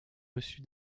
reçu